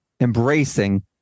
embracing